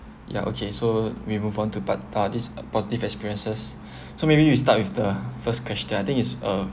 ya okay so we move on to part uh this positive experiences so maybe we start with the first question I think is a